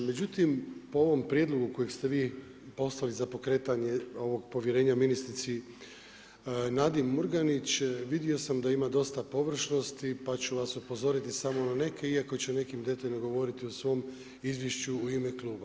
Međutim, po ovom prijedlogu kojeg ste vi poslali za pokretanje povjerenja ministrici Nadi Murganić vidio sam da ima dosta površnosti, pa ću vas upozoriti samo na neke, iako ću o nekim detaljno govoriti u svom izvješću u ime Kluba.